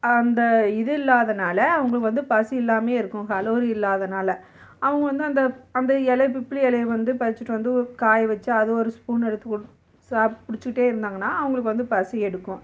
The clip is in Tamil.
அந்த இது இல்லாதனால் அவங்களுக்கு வந்து பசி இல்லாமயே இருக்கும் கலோரி இல்லாதனால் அவங்க வந்து அந்த அந்த இல பிப்பிளி இலய வந்து பறித்துட்டு வந்து காய வச்சு அது ஒரு ஸ்பூன் எடுத்துபோட்டு சாப் குடித்துக்கிட்டே இருந்தாங்கனால் அவங்களுக்கு வந்து பசி எடுக்கும்